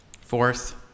Fourth